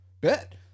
bet